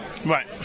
Right